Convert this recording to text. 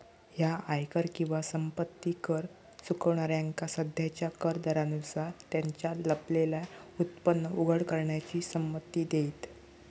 ह्या आयकर किंवा संपत्ती कर चुकवणाऱ्यांका सध्याच्या कर दरांनुसार त्यांचा लपलेला उत्पन्न उघड करण्याची संमती देईत